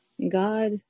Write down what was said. God